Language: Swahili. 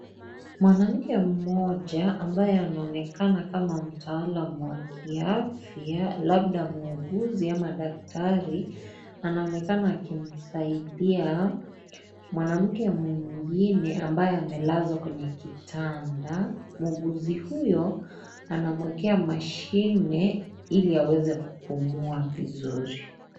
Mwanamke mmoja ambaye anaonekana kama mtaalam wa kiafya, labda muuguzi ama daktari anaonekana akimsaidia mwanamke mwingine ambaye amelazwa kwenye kitanda. Muuguzi huyo anamwekea mashine ili aweze kupumua vizuri.